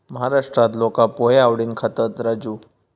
महाराष्ट्रात लोका पोहे आवडीन खातत, राजू